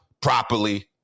properly